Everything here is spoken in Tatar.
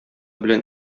белән